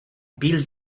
built